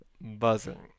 Buzzing